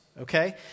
okay